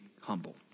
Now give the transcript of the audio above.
humble